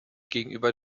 gegenüber